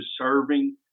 serving